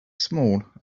small